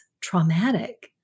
traumatic